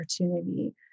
opportunity